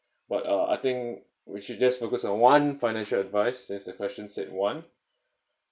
but uh I think we should just focus on one financial advice since the question said one